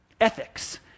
Ethics